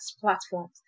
platforms